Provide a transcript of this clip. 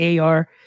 AR